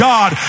God